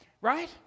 right